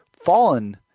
fallen